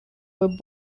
were